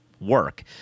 work